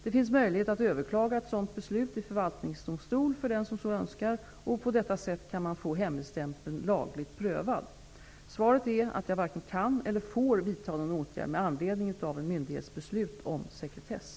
Det finns möjlighet att överklaga ett sådant beslut i förvaltningsdomstol för den som så önskar och på detta sätt kan man få hemligstämplingen lagligt prövad. Svaret är att jag varken kan eller får vidta någon åtgärd med anledning av en myndighets beslut om sekretess.